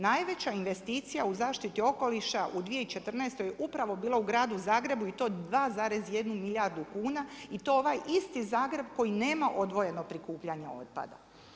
Najveća investicija u zaštiti okoliša u 214. upravo je bila u gradu Zagrebu i to 2,1 milijardu kuna i to ovaj isti Zagreb koji nema odvojeno prikupljanje otpada.